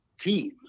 team